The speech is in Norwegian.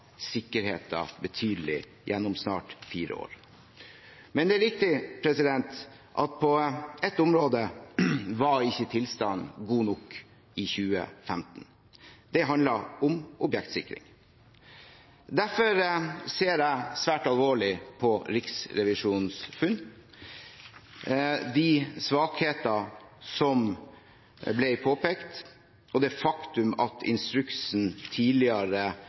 sikkerheten betydelig gjennom snart fire år. Men det er riktig at på ett område var ikke tilstanden god nok i 2015. Det handlet om objektsikring. Derfor ser jeg svært alvorlig på Riksrevisjonens funn, de svakheter som ble påpekt, og det faktum at instruksen tidligere